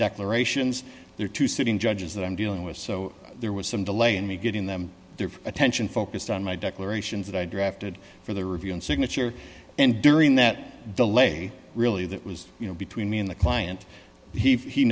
declarations their two sitting judges that i'm dealing with so there was some delay in me getting them their attention focused on my declarations that i drafted for the review and signature and during that delay really that was you know between me and the client he